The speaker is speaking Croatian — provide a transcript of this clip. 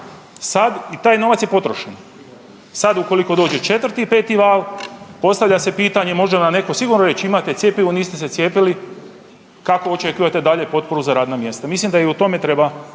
sad, i taj novac je potrošen, sad ukoliko dođe 4 i 5 val postavlja se pitanje može li nam netko sigurno reći imate cjepivo, niste se cijepili kako očekujete dalje potporu za radna mjesta. Mislim da i o tome treba